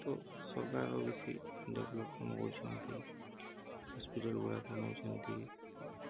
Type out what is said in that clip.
ତ ସରକାର ବେଶୀ ଡେଭଲପ କାମ କରୁଛନ୍ତି ହସ୍ପିଟାଲଗୁଡ଼ାକ ବନଉଛନ୍ତି